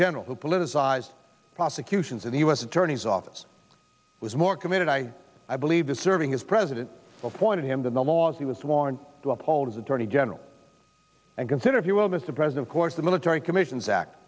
general who politicized prosecutions in the u s attorney's office was more committed i i believe the serving as president of pointed him than the laws he was sworn to uphold as attorney general and consider if you will miss the present course the military commissions act